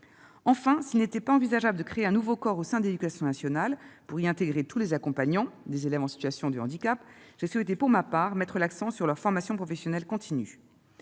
Enfin, s'il n'était pas envisageable de créer un nouveau corps au sein de l'éducation nationale pour y intégrer tous les accompagnants des élèves en situation de handicap, j'ai souhaité, pour ma part, mettre l'accent sur leur formation professionnelle continue.